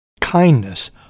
kindness